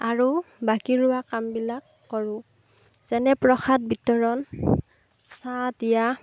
আৰু বাকী ৰোৱা কামবিলাক কৰোঁ যেনে প্ৰসাদ বিতৰণ চাহ দিয়া